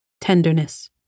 Tenderness